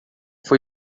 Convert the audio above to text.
foi